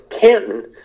Canton